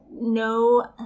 no